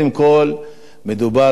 מדובר גם בבתים ביישוב הערבי,